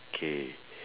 K